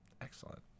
Excellent